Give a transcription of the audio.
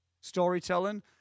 storytelling